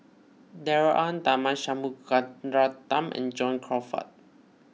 Darrell Ang Tharman Shanmugaratnam and John Crawfurd